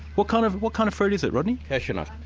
what kind of what kind of fruit is it, rodney? cassia nut.